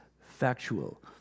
factual